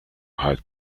hide